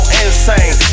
insane